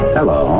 Hello